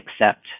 accept